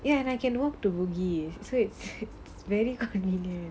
ya and I can walk to bugis so it's very convenient